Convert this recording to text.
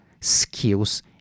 skills